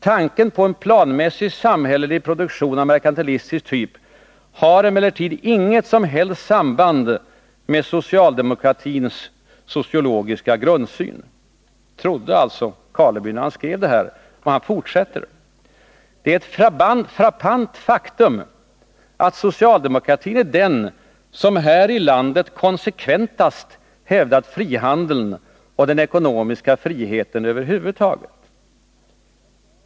Tanken på en planmässig samhällelig produktion av merkantilistisk typ har emellertid inget som helst samband med socialdemokratins sociologiska grundsyn. Det trodde alltså Nils Karleby när han skrev det här, och han fortsätter: Det är ett frappant faktum att socialdemokratin är den som här i landet konsekventast hävdat frihandeln och den ekonomiska friheten över huvud taget.